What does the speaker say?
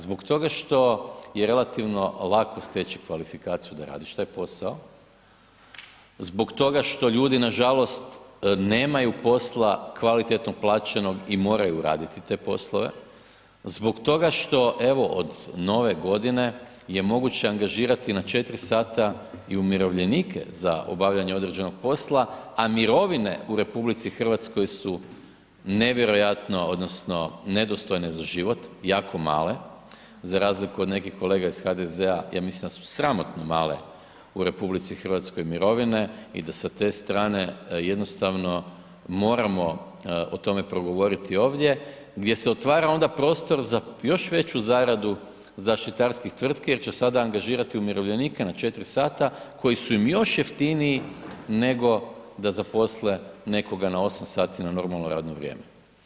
Zbog toga što je relativno lako steći kvalifikaciju da radiš taj posao, zbog toga što ljudi nažalost nemaju posla kvalitetno plaćenog i moraju raditi te poslove, zbog toga što evo od nove godine je moguće angažirati na 4 sata i umirovljenike za obavljanje određenog posla, a mirovine u RH su nevjerojatno odnosno nedostojne za život, jako male, za razliku od nekih kolega iz HDZ-a ja mislim da su sramotno male u RH mirovine i da sa te strane jednostavno moramo o tome progovoriti ovdje gdje se otvara ona prostor za još veću zaradu zaštitarskih tvrtki jer će sada angažirati umirovljenike na 4 sata, koji su im još jeftiniji nego da zaposle nekoga na 8 sati na normalno radno vrijeme.